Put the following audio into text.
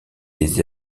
des